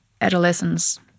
adolescence